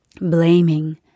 blaming